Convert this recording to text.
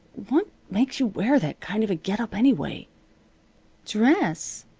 what makes you wear that kind of a get-up, anyway? dress?